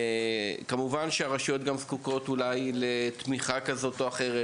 כמובן שהרשויות גם זקוקות אולי לתמיכה כזאת או אחרת,